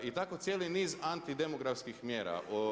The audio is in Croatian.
I tako cijeli niz antidemografskih mjera.